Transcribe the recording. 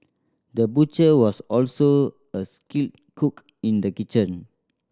the butcher was also a skilled cook in the kitchen